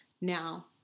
now